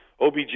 OBJ